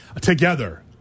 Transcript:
together